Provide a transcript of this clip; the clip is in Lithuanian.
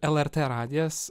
lrt radijas